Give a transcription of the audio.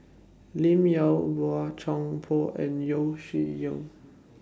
Lim Yau Boey Chuan Poh and Yeo Shih Yun